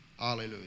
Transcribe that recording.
Hallelujah